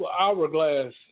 hourglass